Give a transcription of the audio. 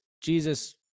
Jesus